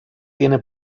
tiene